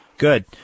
Good